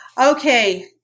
Okay